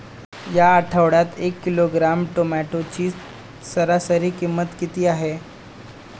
या आठवड्यात एक किलोग्रॅम टोमॅटोची सरासरी किंमत किती आहे?